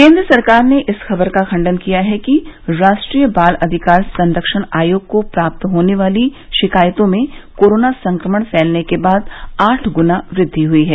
केन्द्र सरकार ने इस खबर का खंडन किया है कि राष्ट्रीय बाल अधिकार संरक्षण आयोग को प्राप्त होने वाली शिकायतों में कोरोना संक्रमण फैलने के बाद आठ गुना वृद्वि हुई है